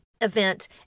event